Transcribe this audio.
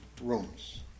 rooms